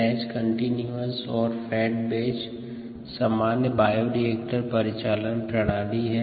batch continuous और fed batch सामान्य bioreactor परिचालन प्रणाली हैं